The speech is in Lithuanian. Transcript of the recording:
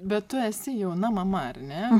bet tu esi jauna mama ar ne